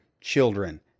children